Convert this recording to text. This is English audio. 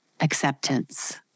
acceptance